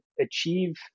achieve